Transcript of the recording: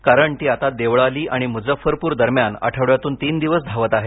कारण ती आता देवळाली आणि मुजफ्फरपूर दरम्यान आठवड्यातून तीन दिवस धावत आहे